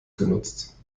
genutzt